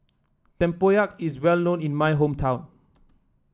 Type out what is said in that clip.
Tempoyak is well known in my hometown